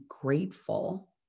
grateful